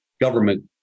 government